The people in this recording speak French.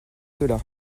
cela